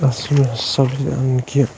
اَنٕنۍ کیٚنٛہِہ